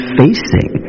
facing